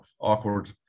awkward